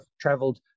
traveled